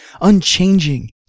Unchanging